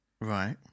Right